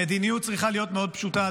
המדיניות צריכה להיות מאוד פשוטה,